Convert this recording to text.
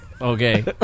Okay